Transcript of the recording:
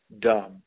dumb